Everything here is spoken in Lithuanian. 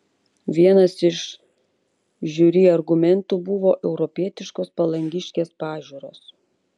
vienas iš žiuri argumentų buvo europietiškos palangiškės pažiūros